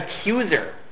accuser